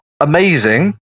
amazing